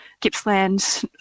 Gippsland